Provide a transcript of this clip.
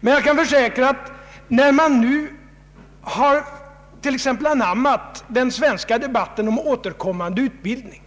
Men jag kan försäkra att när man nu utomlands har anammat den svenska debatten om återkommande utbildning,